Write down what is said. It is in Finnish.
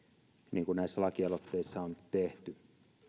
niin kuin näissä lakialoitteissa on tehty